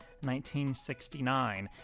1969